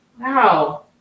Wow